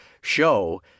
show